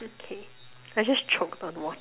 okay I just choked on water